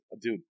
dude